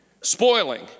Spoiling